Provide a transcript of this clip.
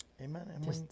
Amen